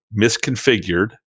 misconfigured